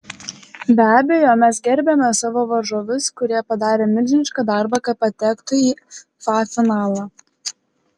be abejo mes gerbiame savo varžovus kurie padarė milžinišką darbą kad patektų į fa finalą